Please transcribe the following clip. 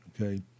Okay